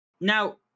now